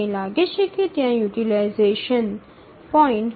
આપણે લાગે છે કે ત્યાં યુટીલાઈઝેશન 0